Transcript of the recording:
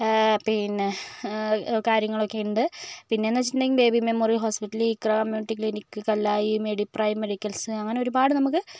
പിന്നെ കാര്യങ്ങളൊക്കെയുണ്ട് പിന്നെയെന്ന് വെച്ചിട്ടുണ്ടെങ്കിൽ ബേബി മെമ്മോറിയൽ ഹോസ്പിറ്റൽ ലീക്രാ കമ്മ്യൂണിറ്റി ക്ലിനിക് കല്ലായി മെഡി പ്രൈ മെഡിക്കൽസ് അങ്ങനെ ഒരുപാട് നമുക്ക്